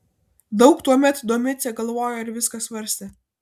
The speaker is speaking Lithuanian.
daug tuomet domicė galvojo ir viską svarstė